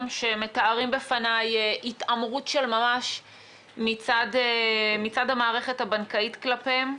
שמתארים בפניי התעמרות של ממש מצד המערכת הבנקאית כלפיהם.